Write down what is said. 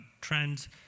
trends